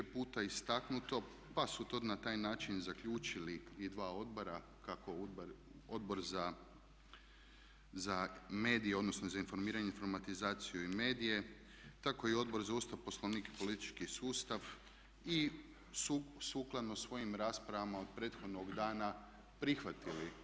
Već je više puta istaknuto pa su to na taj način zaključili i dva odbora, kako Odbor za medije, odnosno za informiranje, informatizaciju i medije tako i Odbor za Ustav, Poslovnik i politički sustav i sukladno svojim raspravama od prethodnog dana prihvatili